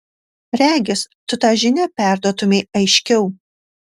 regis tu tą žinią perduotumei aiškiau